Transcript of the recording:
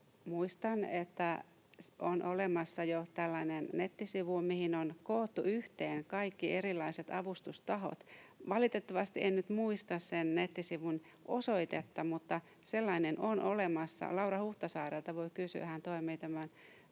Muistan, että on olemassa jo tällainen nettisivu, mihin on koottu yhteen kaikki erilaiset avustustahot. Valitettavasti en nyt muista sen nettisivun osoitetta, mutta sellainen on olemassa. Laura Huhtasaarelta voi kysyä, hän toimii tämän